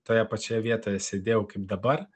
toje pačioje vietoje sėdėjau kaip dabar